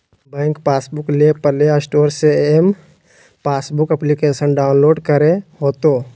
bank passbook ले play store से M passbook application download करे होतो